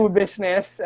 business